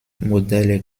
modelle